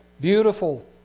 beautiful